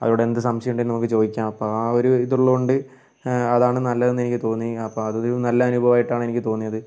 അവരോട് എന്ത് സംശയം ഉണ്ടെങ്കിലും നമുക്ക് ചോദിക്കാം അപ്പോൾ ആ ഒരു ഇത് ഉള്ളോണ്ട് അതാണ് നല്ലതിന്ന് എനിക്ക് തോന്നി അപ്പോൾ അതൊരു നല്ല അനുഭവമായിട്ടാണ് എനിക്ക് തോന്നിയത്